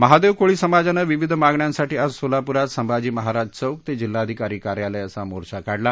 महादेव कोळी समाजानं विविध मागण्यांसाठी आज सोलाप्रात संभाजी महाराज चौक ते जिल्हाधिकारी कार्यालय असा मोर्चा काढला